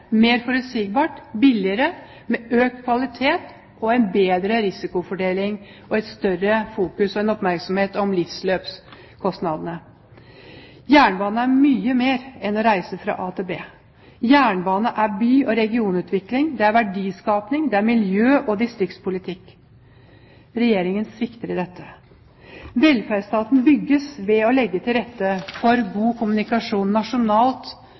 mer forutsigbart, billigere, med økt kvalitet, en bedre risikofordeling og en større fokusering og oppmerksomhet på livsløpskostnadene. Jernbane er mye mer enn å reise fra A til B. Jernbane er by- og regionutvikling, verdiskapning, miljø- og distriktspolitikk. Regjeringen svikter i dette. Velferdsstaten bygges ved å legge til rette for god kommunikasjon, nasjonalt